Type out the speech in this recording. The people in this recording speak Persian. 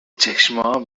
چشمام